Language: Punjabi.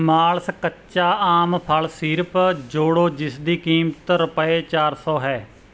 ਮਾਲਸ ਕੱਚਾ ਆਮ ਫਲ ਸੀਰਪ ਜੋੜੋ ਜਿਸ ਦੀ ਕੀਮਤ ਰੁਪਏ ਚਾਰ ਸੌ ਹੈ